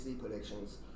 predictions